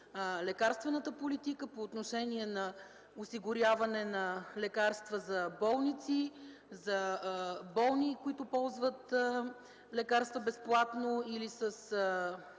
лекарствената политика, по отношение на осигуряване на лекарства за болници, за болни, които ползват лекарства безплатно или с